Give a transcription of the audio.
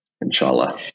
Inshallah